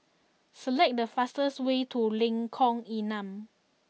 select the fastest way to Lengkong Enam